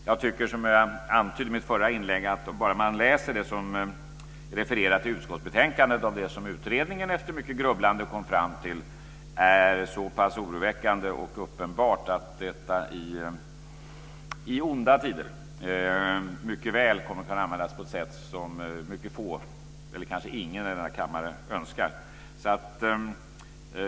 Jag tycker, som jag antydde i mitt förra inlägg, att bara det refererat som man kan läsa i utskottsbetänkandet av det som utredningen efter mycket grubblande kom fram till är så pass oroväckande och att det är uppenbart att detta i onda tider mycket väl kommer att kunna användas på ett sätt som ingen i denna kammare önskar.